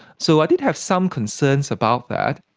so i did have some concerns about that.